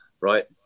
right